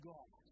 God